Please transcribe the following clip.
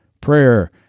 Prayer